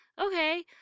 Okay